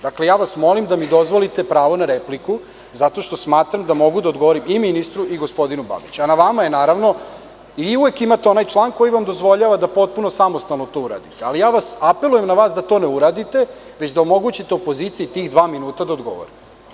Dakle, ja vas molim da mi dozvolite pravo na repliku, zato što smatram da mogu da odgovorim i ministru i gospodinu Babiću, a na vama je, naravno, i uvek imate onaj član koji vam dozvoljava da potpuno samostalno to uradite, ali ja apelujem na vas da to ne uradite, već da omogućite opoziciji tih dva minuta da odgovore.